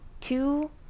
two